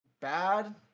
bad